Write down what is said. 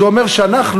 זה אומר שאנחנו,